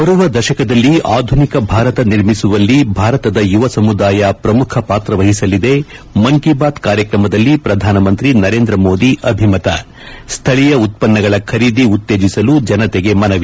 ಬರುವ ದಶಕದಲ್ಲಿ ಆಧುನಿಕ ಭಾರತ ನಿರ್ಮಿಸುವಲ್ಲಿ ಭಾರತದ ಯುವ ಸಮುದಾಯ ಪ್ರಮುಖ ಪಾತ್ರವಹಿಸಲಿದೆ ಮನ್ ಕಿ ಬಾತ್ ಕಾರ್ಯಕ್ರಮದಲ್ಲಿ ಪ್ರಧಾನಮಂತ್ರಿ ನರೇಂದ್ರ ಮೋದಿ ಅಭಿಮತ ಸ್ಥಳೀಯ ಉತ್ವನ್ನಗಳ ಖರೀದಿ ಉತ್ತೇಜಿಸಲು ಜನತೆಗೆ ಮನವಿ